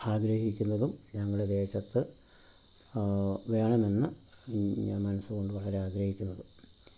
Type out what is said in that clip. ആഗ്രഹിക്കുന്നതും ഞങ്ങളെ ദേശത്ത് വേണമെന്ന് ഞാൻ മനസ്സ് കൊണ്ട് വളരെ ആഗ്രഹിക്കുന്നതും